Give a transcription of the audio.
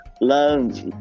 love